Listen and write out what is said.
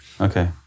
Okay